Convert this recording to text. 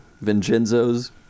Vincenzo's